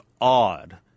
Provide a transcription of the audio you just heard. odd